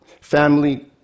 Family